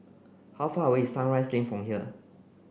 how far away is Sunrise Lane from here